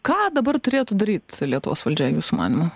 ką dabar turėtų daryt lietuvos valdžia jūsų manymu